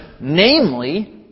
namely